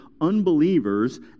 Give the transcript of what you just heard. unbelievers